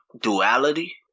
duality